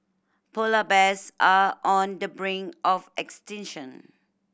polar bears are on the brink of extinction